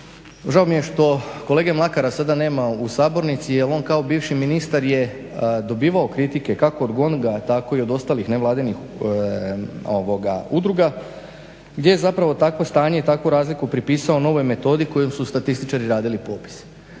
Žao mi je što kolege Mlakara sada nema u sabornici jer on kao bivši ministar je dobivao kritike kako od GONG-a tako i od ostalih nevladinih udruga gdje je zapravo takvo stanje i takvu razliku pripisao novoj metodi kojom su statističari radili popis.